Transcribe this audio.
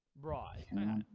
Right